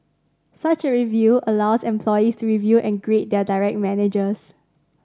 such a review allows employees to review and grade their direct managers